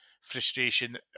frustration